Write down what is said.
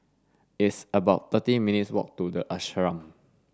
it's about thirty minutes' walk to The Ashram